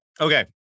okay